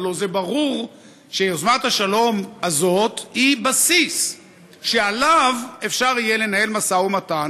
הלוא ברור שיוזמת השלום הזאת היא בסיס שעליו אפשר יהיה לנהל משא-ומתן